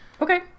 Okay